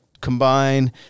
combine